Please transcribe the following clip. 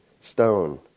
stone